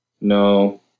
No